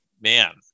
man